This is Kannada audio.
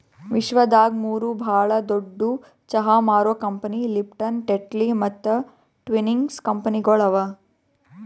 ವಿಶ್ವದಾಗ್ ಮೂರು ಭಾಳ ದೊಡ್ಡು ಚಹಾ ಮಾರೋ ಕಂಪನಿ ಲಿಪ್ಟನ್, ಟೆಟ್ಲಿ ಮತ್ತ ಟ್ವಿನಿಂಗ್ಸ್ ಕಂಪನಿಗೊಳ್ ಅವಾ